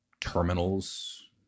terminals